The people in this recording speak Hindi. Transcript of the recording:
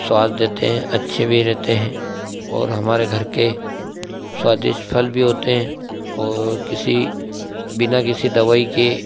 स्वाद देते हैं अच्छे भी रहते हैं और हमारे घर के स्वादिष्ट फल भी होते हैं और किसी बिना किसी बिना दवाई के